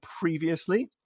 previously